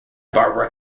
barbara